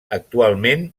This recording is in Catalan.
actualment